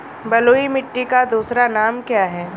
बलुई मिट्टी का दूसरा नाम क्या है?